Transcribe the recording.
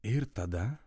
ir tada